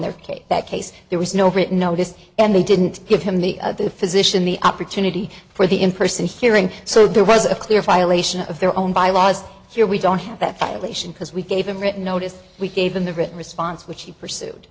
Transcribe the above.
their case that case there was no written notice and they didn't give him the physician the opportunity for the in person hearing so there was a clear violation of their own bylaws here we don't have that violation because we gave him written notice we gave him the written response which he pursued